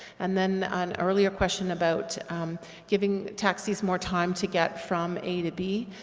and then an earlier question about giving taxis more time to get from a to b,